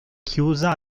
chiusa